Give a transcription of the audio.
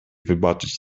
wybaczyć